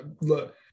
look